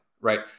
right